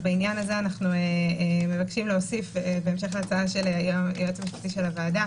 אנו מבקשים להוסיף בהמשך להצעת היועץ המשפטי של הוועדה,